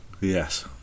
yes